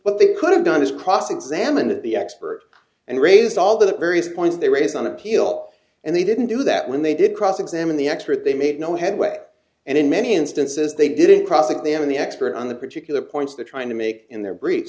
what they could have done is cross examined the expert and raised all the various points they raise on appeal and they didn't do that when they did cross examine the expert they made no headway and in many instances they didn't cross examine the expert on the particular points they're trying to make in their br